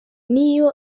niyo